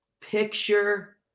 picture